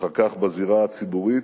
ואחר כך בזירה הציבורית,